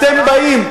אתם באים,